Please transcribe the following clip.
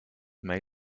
may